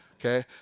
Okay